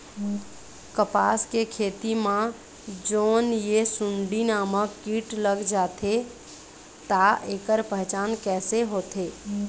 कपास के खेती मा जोन ये सुंडी नामक कीट लग जाथे ता ऐकर पहचान कैसे होथे?